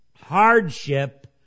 hardship